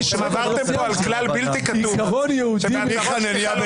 עברתם פה על כלל בלתי כתוב שבהצהרות פתיחה לא מדברים